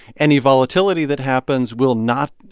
any volatility that happens will not,